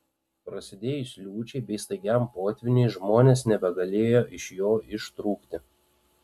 prasidėjus liūčiai bei staigiam potvyniui žmonės nebegalėjo iš jo ištrūkti